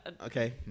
Okay